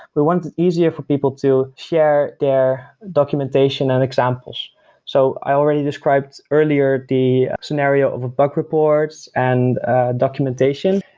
we want it easier for people to share their documentation and examples so i already described earlier the scenario of bug reports and documentation.